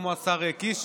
כמו השר קיש,